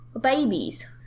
babies